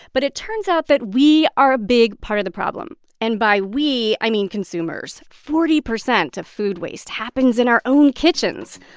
but it turns out that we are a big part of the problem, and by we, i mean consumers. forty percent of food waste happens in our own kitchens.